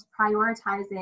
prioritizing